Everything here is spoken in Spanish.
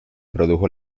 produjo